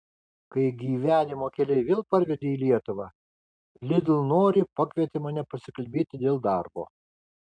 kai gyvenimo keliai vėl parvedė į lietuvą lidl noriai pakvietė mane pasikalbėti dėl darbo